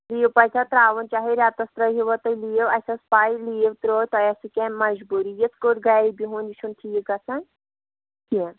leave پَزِہے ترٛاوُن چاہے رٮ۪تَس ترٛٲوِوا تُہۍ لیٖو اَسہِ ٲس پے لیٖو ترٛٲو تۄہہِ آسوٕ کیٚنٛہہ مجبوٗری یِتھٕ پٲٹھۍ گَرِ بِہُن یہِ چھُنہٕ ٹھیٖک گژھان کیٚنٛہہ